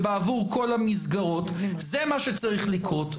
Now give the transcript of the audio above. ובעבור כל המסגרות זה מה שצריך לקרות.